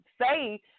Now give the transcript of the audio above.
say